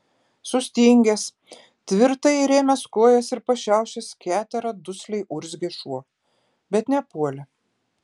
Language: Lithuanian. sustingęs tvirtai įrėmęs kojas ir pašiaušęs keterą dusliai urzgė šuo bet nepuolė